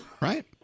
Right